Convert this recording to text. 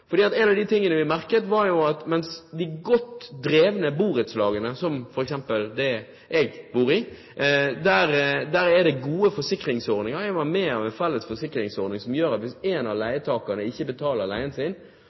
En av de tingene vi merket, var jo at de godt drevne borettslagene, som f.eks. det jeg bor i, hadde gode forsikringsordninger. Jeg er med i en felles forsikringsordning som gjør at hvis en av leietakerne ikke betaler leien sin, eller for den saks skyld ikke blir i stand til å betale leien sin,